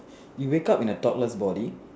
you wake up in a toddler's body